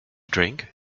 drink